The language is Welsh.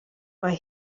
mae